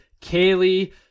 Kaylee